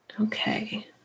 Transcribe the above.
Okay